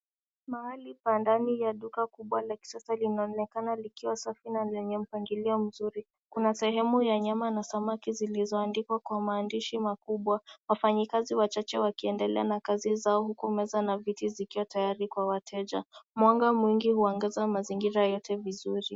Mahali pa ndani ya duka kubwa la kisasa linaonekana likiwa safi na lenye mpangilio mzuri. Kuna sehemu ya nyama na samaki zilizoandikwa kwa maandishi makubwa wafanyikazi wachache wakiendelea na kazi zao huku meza na viti zikiwa tayari kwa wateja. Mwanga mwingi huangaza mazingira yote vizuri.